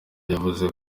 yavuze